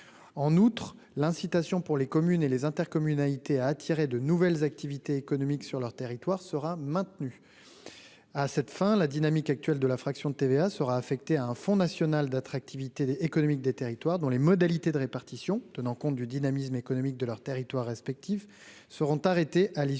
en outre l'incitation pour les communes et les intercommunalités à attirer de nouvelles activités économiques sur leur territoire, sera maintenu à cette fin, la dynamique actuelle de la fraction de TVA sera affectée à un fonds national d'attractivité économique des territoires dont les modalités de répartition, tenant compte du dynamisme économique de leurs territoires respectifs seront arrêtés à l'issue